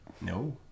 No